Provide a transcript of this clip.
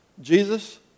Jesus